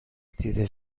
دیده